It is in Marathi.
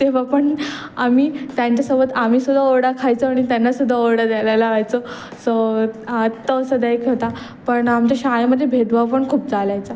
तेव्हा पण आम्ही त्यांच्यासोबत आम्ही सुद्धा ओरडा खायचो आणि त्यांना सुद्धा ओरडा द्यायला लावायचो सो तो सुद्धा एक होता पण आमच्या शाळेमध्ये भेदभाव पण खूप चालायचा